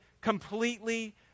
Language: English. completely